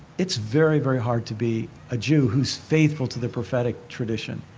it's very, very hard to be a jew who's faithful to the prophetic tradition.